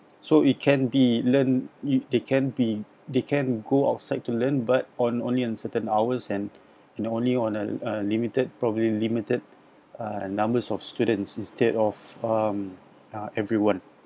so it can be learned if they can be they can go outside to learn but on only on certain hours and in only on a limited probably limited uh numbers of students instead of um everyone